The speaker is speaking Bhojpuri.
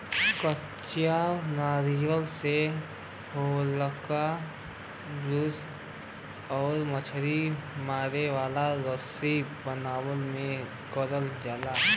कच्चे नारियल से हल्का ब्रूस आउर मछरी मारे वाला रस्सी बनावे में करल जाला